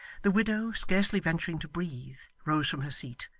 the widow, scarcely venturing to breathe, rose from her seat.